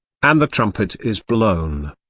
and the trumpet is blown,